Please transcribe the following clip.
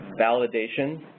validation